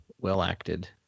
well-acted